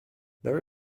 there